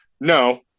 no